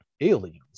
aliens